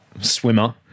swimmer